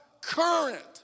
current